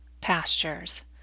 pastures